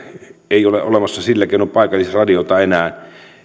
ei ole olemassa sillä keinoin paikallisradioita enää